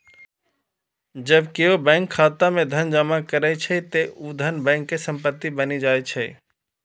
जब केओ बैंक खाता मे धन जमा करै छै, ते ऊ धन बैंक के संपत्ति बनि जाइ छै